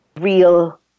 real